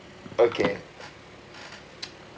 okay